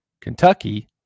Kentucky